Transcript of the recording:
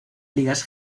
ligas